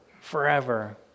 forever